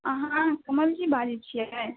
अहाँ कमल जी बाजै छिए